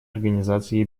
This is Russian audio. организации